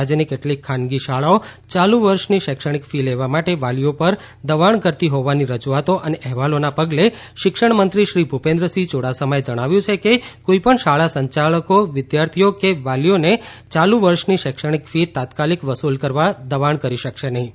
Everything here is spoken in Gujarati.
રાજ્યની કેટલીક ખાનગી શાળાઓ યાલુ વર્ષની શૈક્ષણિક ફી લેવા માટે વાલીઓ પર દબાણ કરતી હોવાની રજૂઆતો અને અહેવાલોના પગલે શિક્ષણ મંત્રી શ્રી ભૂપેન્દ્રસિંહ યુડાસમાએ જણાવ્યું છે કે કોઇપણ શાળા સંચાલકો વિદ્યાર્થીઓ કે વાલીઓને ચાલુ વર્ષની શૈક્ષણિક ફી તાત્કાલિક વસૂલ કરવા દબાણ કરી શકશે નહીં